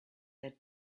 their